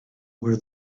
where